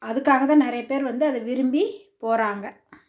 அதுக்காக தான் நிறைய பேர் வந்து அதை விரும்பி போகிறாங்க